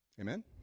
Amen